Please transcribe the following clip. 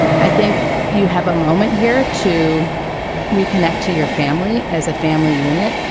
i think you have a moment here to reconnect to your family as a family unit,